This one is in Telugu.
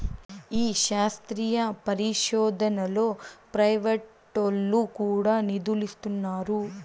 ఈ శాస్త్రీయ పరిశోదనలో ప్రైవేటోల్లు కూడా నిదులిస్తున్నారు